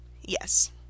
Yes